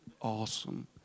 Awesome